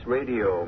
Radio